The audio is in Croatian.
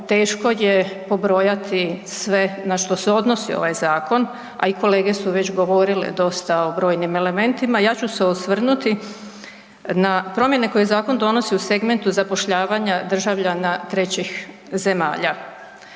teško je pobrojati sve na štose odnosi ovaj zakon a i kolege su već govorile dosta o brojnim elementima, ja ću se osvrnuti na promjene koje zakon donosi u segmentu zapošljavanja državljana trećih zemalja.